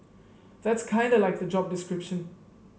that's kinda like the job description